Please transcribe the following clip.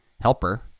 helper